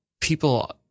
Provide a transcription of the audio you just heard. people